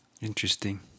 Interesting